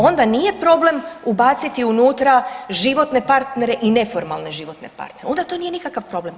Onda nije problem ubaciti unutra životne partnere i neformalne životne partnere, onda to nije nikakav problem.